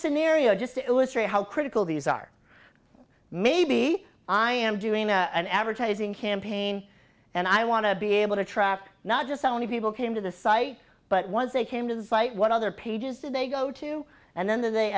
scenario just to illustrate how critical these are maybe i am doing an advertising campaign and i want to be able to track not just how many people came to the site but once they came to the site what other pages did they go to and then they